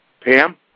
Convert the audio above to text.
Pam